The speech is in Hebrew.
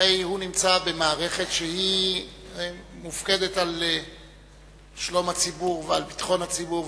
שהרי הוא נמצא במערכת שמופקדת על שלום הציבור ועל ביטחון הציבור,